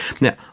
Now